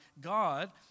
God